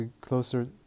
closer